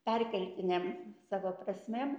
perkeltinėm savo prasmėm